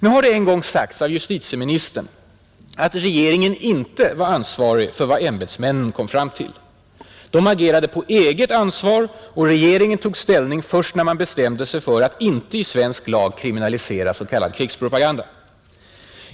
Nu har det en gång sagts av justitieministern att regeringen inte var ansvarig för vad ämbetsmännen kom fram till. De agerade på eget ansvar och regeringen tog ställning först när man bestämde sig för att inte i svensk lag kriminalisera s.k. krigspropaganda.